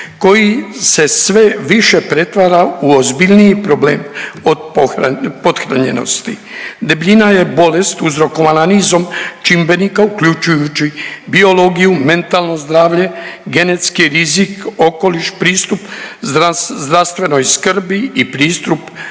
koji se sve više pretvara u ozbiljniji problem od pothranjenosti. Debljina je bolest uzrokovana nizom čimbenika uključujući biologiju, mentalno zdravlje, genetski rizik, okoliš, pristup zdravstvenoj skrbi i pristup